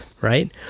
right